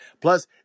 Plus